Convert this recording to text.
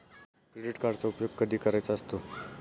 Credit कार्डचा उपयोग कधी करायचा असतो?